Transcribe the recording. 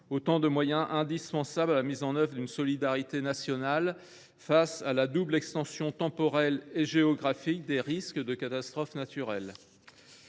autant de moyens indispensables à la mise en œuvre d’une solidarité nationale face à la double extension, temporelle et géographique, des risques de catastrophes naturelles.